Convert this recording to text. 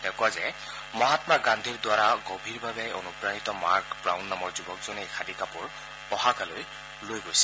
তেওঁ কয় যে মহামা গান্ধীৰ দ্বাৰা গভীৰভাৱে অনুপ্ৰাণিত মাৰ্ক ৱাউন নামৰ যুৱকজনে এই খাদী কাপোৰ ওহাকালৈ লৈ গৈছিল